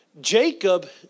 Jacob